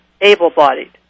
able-bodied